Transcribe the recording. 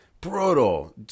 Brutal